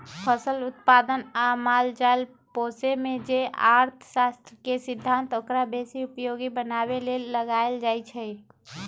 फसल उत्पादन आ माल जाल पोशेमे जे अर्थशास्त्र के सिद्धांत ओकरा बेशी उपयोगी बनाबे लेल लगाएल जाइ छइ